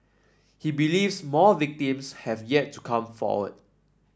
he believes more victims have yet to come forward